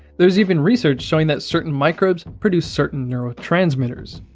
there's even research showing that certain microbes produce certain neurotransmitters.